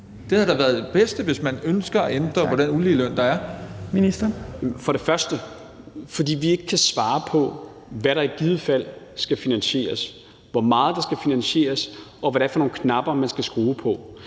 17:07 Beskæftigelsesministeren (Peter Hummelgaard): Det er, bl.a. fordi vi ikke kan svare på, hvad der i givet fald skal finansieres, hvor meget der skal finansieres, og hvad det er for nogle knapper, man skal skrue på.